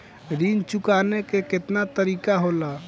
ऋण चुकाने के केतना तरीका होला?